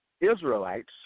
Israelites